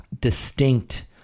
distinct